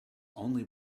only